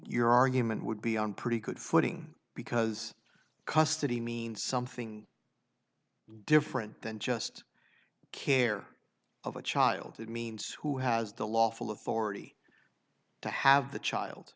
your argument would be on pretty good footing because custody means something different than just care of a child it means who has the lawful authority to have the child